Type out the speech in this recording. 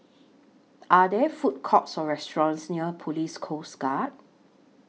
Are There Food Courts Or restaurants near Police Coast Guard